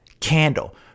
candle